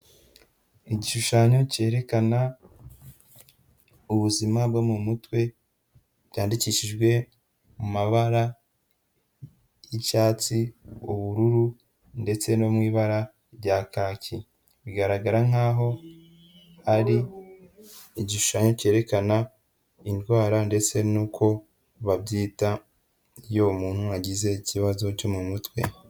Igishushanyo cyerekana ubuzima bwo mu mutwe, byandikishijwe mu mabara y'icyatsi, ubururu ndetse no mu ibara rya kaki, bigaragara nkaho ari igishushanyo cyerekana indwara ndetse n'uko babyita iyo umuntu agize ikibazo cyo mu mutwe.